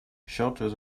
shelters